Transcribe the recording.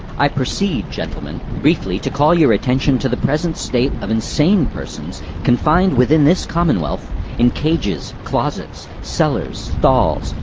i proceed, gentlemen, briefly to call your attention to the present state of insane persons confined within this commonwealth in cages, closets, cellars, stalls,